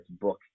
book